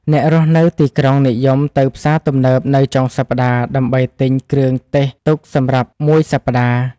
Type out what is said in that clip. អ្នករស់នៅទីក្រុងនិយមទៅផ្សារទំនើបនៅចុងសប្តាហ៍ដើម្បីទិញគ្រឿងទេសទុកសម្រាប់មួយសប្តាហ៍។